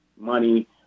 money